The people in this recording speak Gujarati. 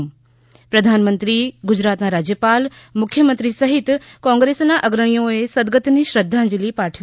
પ્રધાનમંત્રી ગુજરાતના રાજ્યપાલ મુખ્યમંત્રી સહિત કોંગ્રેસના અગ્રણીઓએ સદગતને શ્રદ્ધાંજલી પાઠવી